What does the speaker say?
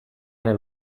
nel